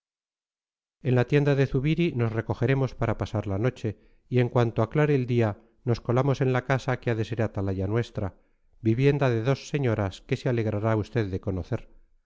en la tienda de zubiri nos recogeremos para pasar la noche y en cuanto aclare el día nos colamos en la casa que ha de ser atalaya nuestra vivienda de dos señoras que se alegrará usted de conocer